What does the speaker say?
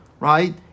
Right